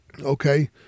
okay